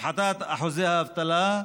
הפחתת אחוזי האבטלה,